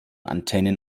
antennen